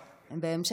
כן, המפקדת.